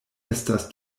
estas